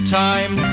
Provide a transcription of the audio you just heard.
time